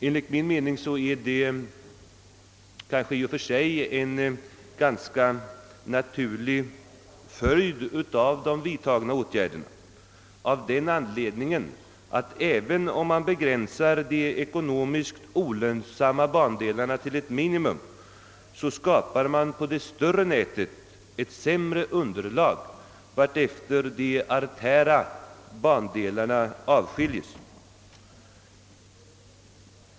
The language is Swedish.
Enligt min mening är det i och för sig en ganska naturlig följd av de vidtagna åtgärderna, därför att även om man begränsar de ekonomiskt olönsamma bandelarna till ett minimum skapar man nämligen på det större nätet ett sämre underlag allt eftersom de artära bandelarna avskiljes.